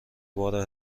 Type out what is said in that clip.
بار